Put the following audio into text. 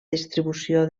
distribució